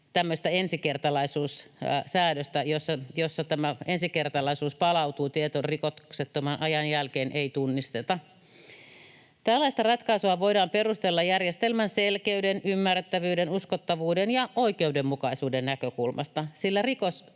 tämmöistä ensikertalaisuussäädöstä, jossa ensikertalaisuus palautuu tietyn rikoksettoman ajan jälkeen, ei tunnisteta. Tällaista ratkaisua voidaan perustella järjestelmän selkeyden, ymmärrettävyyden, uskottavuuden ja oikeudenmukaisuuden näkökulmasta,